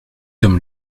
homme